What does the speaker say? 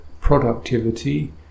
productivity